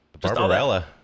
Barbarella